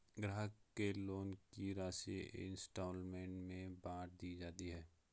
ग्राहक के लोन की राशि इंस्टॉल्मेंट में बाँट दी जाती है